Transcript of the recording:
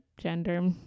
gender